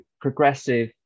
progressive